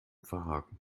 verhaken